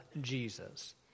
Jesus